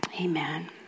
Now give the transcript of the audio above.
Amen